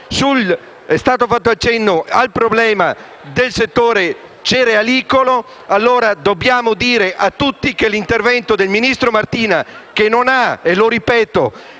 È stato fatto cenno al problema del settore cerealicolo. Dobbiamo dire a tutti che l'intervento del ministro Martina - che non si degna